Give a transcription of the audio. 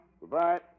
Goodbye